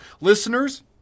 Listeners